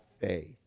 faith